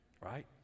Right